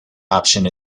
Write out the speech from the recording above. option